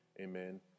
Amen